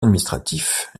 administratif